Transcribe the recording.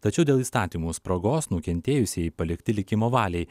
tačiau dėl įstatymų spragos nukentėjusieji palikti likimo valiai